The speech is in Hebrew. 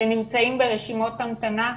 שנמצאים ברשימות המתנה?